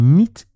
niet